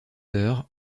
heures